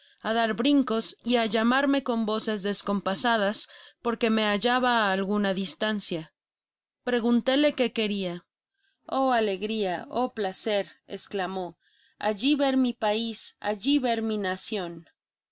á dar brincos y á llamarme con voces descompasadas porque me hallaba á alguna distancia preguntóle qué queria oh alegria oh placer esclamó alli ver mi pais alli